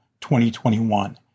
2021